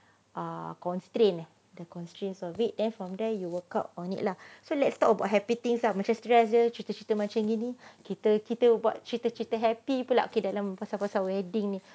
uh constrain the constraints of it then from there you workout on it lah so let's talk about happy things lah macam stress jer cerita cerita macam begini kita buat cerita cerita happy pulak dalam pasal pasal wedding ni